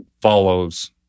follows